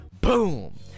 boom